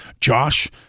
Josh